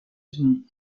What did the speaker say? unis